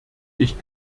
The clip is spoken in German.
ich